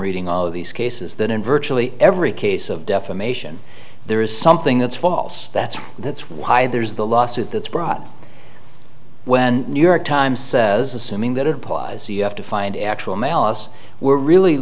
reading all of these cases that in virtually every case of defamation there is something that's false that's that's why there's the lawsuit that's brought when new york times says assuming that it applies to find actual malice we're really